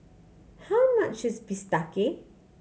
how much is bistake